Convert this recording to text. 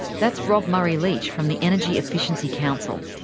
that's rob murray-leach from the energy efficiency council.